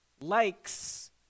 likes